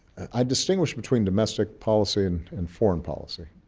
i distinguish between domestic policy and and foreign policy.